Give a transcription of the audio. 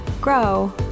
grow